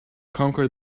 conquer